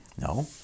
No